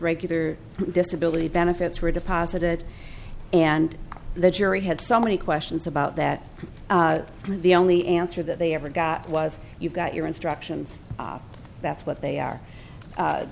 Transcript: regular disability benefits were deposited and the jury had so many questions about that the only answer that they ever got was you got your instructions that's what they are